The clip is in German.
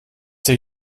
hier